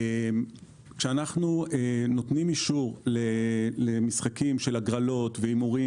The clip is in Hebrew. כשאנחנו נותנים אישור למשחקים של הגרלות והימורים,